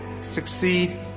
succeed